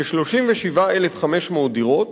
כ-37,500 דירות,